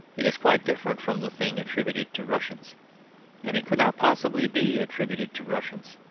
it is quite different from the thing attributed to russians and it could not possibly be attributed to russians.